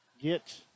get